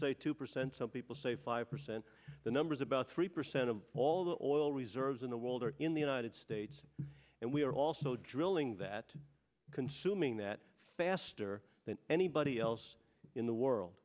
say two percent some people say five percent the numbers about three percent of all the oil reserves in the world are in the united states and we are also drilling that consuming that faster than anybody else in the world